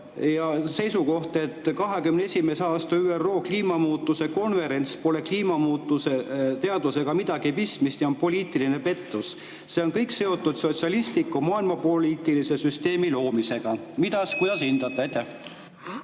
oli see, et 2021. aasta ÜRO kliimamuutuste konverentsil pole kliimamuutuse teadusega midagi pistmist ja see on poliitiline pettus, see on kõik seotud sotsialistliku maailma poliitilise süsteemi loomisega. Kuidas hindate?